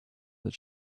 that